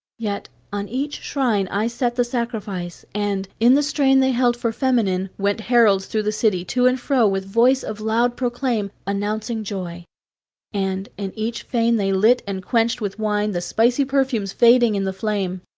yet on each shrine i set the sacrifice, and, in the strain they held for feminine, went heralds thro' the city, to and fro, with voice of loud proclaim, announcing joy and in each fane they lit and quenched with wine the spicy perfumes fading in the flame.